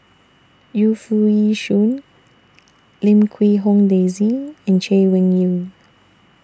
Yu Foo Yee Shoon Lim Quee Hong Daisy and Chay Weng Yew